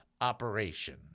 operation